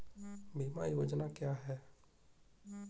बीमा योजना क्या है?